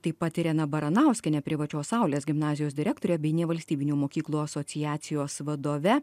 taip pat irena baranauskiene privačios saulės gimnazijos direktore bei nevalstybinių mokyklų asociacijos vadove